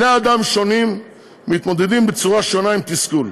בני אדם שונים מתמודדים בצורה שונה עם תסכול.